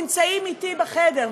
נמצאים אתי בחדר,